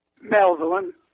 Melbourne